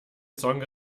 song